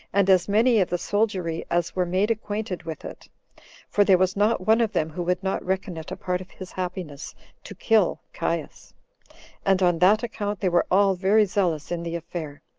and as many of the soldiery as were made acquainted with it for there was not one of them who would not reckon it a part of his happiness to kill caius and on that account they were all very zealous in the affair,